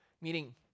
Meaning